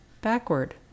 backward